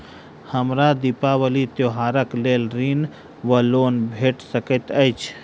हमरा दिपावली त्योहारक लेल ऋण वा लोन भेट सकैत अछि?